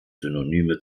synonyme